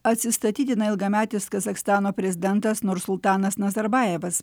atsistatydino ilgametis kazachstano prezidentas nursultanas nazarbajevas